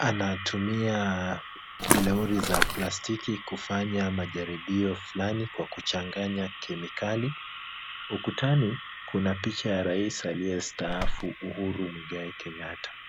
anatumia bilauri za plastiki kufanya majaribio fulani kwa kuchanganya kemikali. Ukutani kuna picha ya rais aliyestaafu Uhuru Muigai Kenyatta.